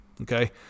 Okay